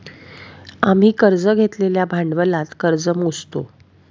आम्ही कर्ज घेतलेल्या भांडवलात कर्ज मोजतो